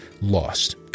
Lost